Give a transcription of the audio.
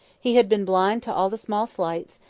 he had been blind to all the small slights,